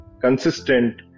consistent